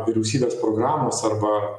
vyriausybės programos arba